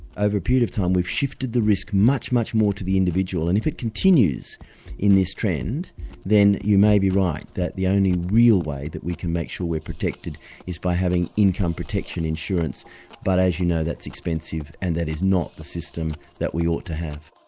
over a period of time, we've shifted the risk much, much more to the individual and if it continues in this trend then you may be right, that the only real way that we can make sure we are protected is by having income protection insurance but, as you know, that's expensive and that is not the system that we ought to have.